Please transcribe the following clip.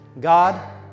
God